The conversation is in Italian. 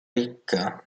ricca